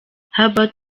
herbert